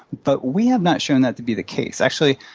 but we have not shown that to be the case. actually,